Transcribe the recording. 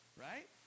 right